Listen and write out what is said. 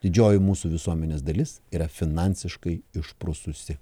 didžioji mūsų visuomenės dalis yra finansiškai išprususi